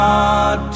God